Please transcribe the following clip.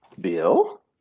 bill